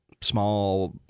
small